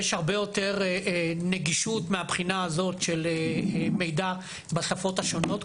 יש הרבה יותר נגישות מבחינת מידע בשפות השונות,